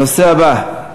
הנושא הבא: